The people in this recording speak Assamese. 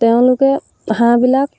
তেওঁলোকে হাঁহবিলাক